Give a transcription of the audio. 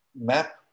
map